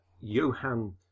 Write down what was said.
Johan